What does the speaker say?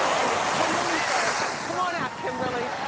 and it's kimberly first. come on out, kimberly.